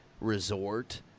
resort